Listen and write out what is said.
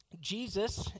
Jesus